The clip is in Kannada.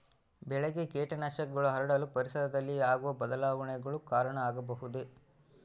ಬೆಳೆಗೆ ಕೇಟನಾಶಕಗಳು ಹರಡಲು ಪರಿಸರದಲ್ಲಿ ಆಗುವ ಬದಲಾವಣೆಗಳು ಕಾರಣ ಆಗಬಹುದೇ?